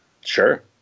Sure